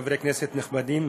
חברי כנסת נכבדים,